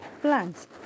plants